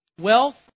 Wealth